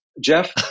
Jeff